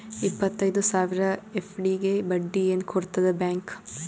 ಇಪ್ಪತ್ತೈದು ಸಾವಿರ ಎಫ್.ಡಿ ಗೆ ಬಡ್ಡಿ ಏನ ಕೊಡತದ ಬ್ಯಾಂಕ್?